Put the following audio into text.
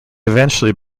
eventually